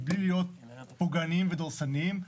מבלי להיות פוגעניים ודורסניים.